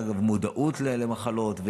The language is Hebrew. יש מודעות למחלות,